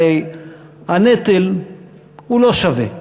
הרי הנטל הוא לא שווה,